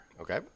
Okay